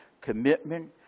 commitment